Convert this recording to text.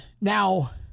now